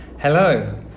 hello